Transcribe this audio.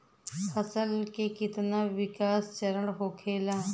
फसल के कितना विकास चरण होखेला?